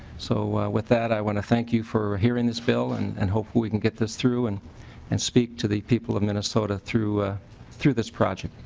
so with that i want to thank you for hearing this bill and and hope we can get this through and and speak to the people of minnesota through ah through this project.